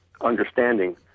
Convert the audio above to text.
understanding